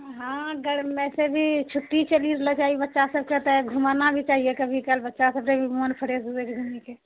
हँ गर्म वैसे भी छुट्टी चलिए रहलछै बच्चाकेँ तऽ घुमाना भी चाहिए कभी कभाल बच्चाकेँ मन फ्रेश होए घुमिके